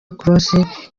cross